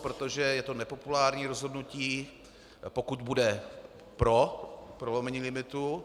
Protože je to nepopulární rozhodnutí, pokud bude pro prolomení limitu.